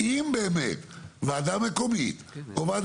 לא נאפשר לוועדה המחוזית